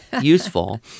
useful